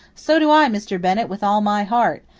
so do i, mr. bennett, with all my heart.